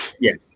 Yes